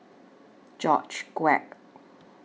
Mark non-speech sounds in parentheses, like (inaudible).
George Quek (noise)